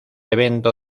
evento